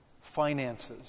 finances